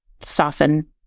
soften